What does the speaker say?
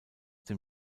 dem